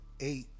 eight